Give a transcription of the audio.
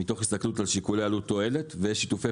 מתוך הסתכלות על שיקולי עלות/תועלת ושיתופי